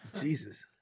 Jesus